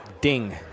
Ding